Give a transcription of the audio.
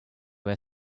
were